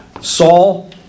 Saul